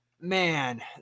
Man